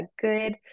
good